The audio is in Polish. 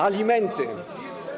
Alimenty.